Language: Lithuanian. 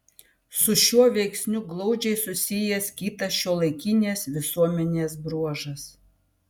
su šiuo veiksniu glaudžiai susijęs kitas šiuolaikinės visuomenės bruožas